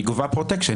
היא גובה פרוטקשן.